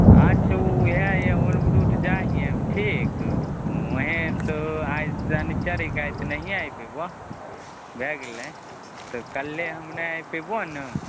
अच्छा वएह ओ रूट उट जाइ हिए हम ठीक वहेँ तऽ आइ शनिचर हिकै आइ तऽ नहिए आबि पएबऽ भए गेलै तऽ काल्हिओ हम नहि आबि पएबऽ ने